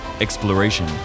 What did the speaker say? exploration